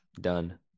done